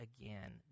again